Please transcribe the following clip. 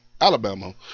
Alabama